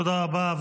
תודה רבה.